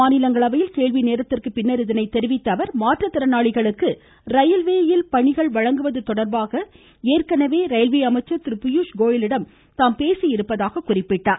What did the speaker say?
மாநிலங்களவையில் கேள்வி நேரத்திற்குப் பின்னர் இதை தெரிவித்த அவர் மாற்றுத்திறனாளிகளுக்கு ரயில்வேயில் பணிகள் கொடர்பாக வழங்குவது ஏற்கனவே ரயில்வே அமைச்சர் திரு பியூஷ் கோயலிடம் பேசியிருப்பதாக குறிப்பிட்டார்